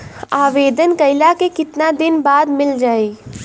आवेदन कइला के कितना दिन बाद मिल जाई?